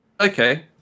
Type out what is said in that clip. okay